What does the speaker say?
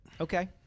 Okay